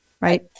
right